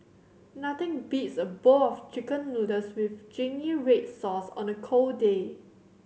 nothing beats a bowl of Chicken Noodles with zingy red sauce on a cold day